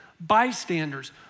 bystanders